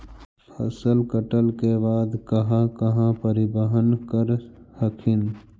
फसल कटल के बाद कहा कहा परिबहन कर हखिन?